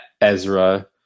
ezra